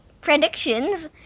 predictions